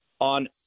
on